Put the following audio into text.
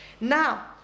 Now